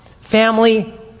family